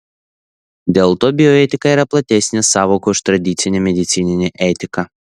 dėl to bioetika yra platesnė sąvoka už tradicinę medicininę etiką